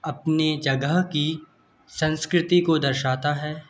अपनी जगह की संस्कृति को दर्शाता है